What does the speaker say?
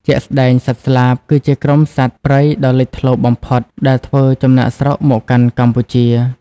ជាក់ស្ដែង សត្វស្លាប គឺជាក្រុមសត្វព្រៃដ៏លេចធ្លោបំផុតដែលធ្វើចំណាកស្រុកមកកាន់កម្ពុជា។